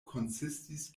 konsistis